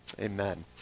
Amen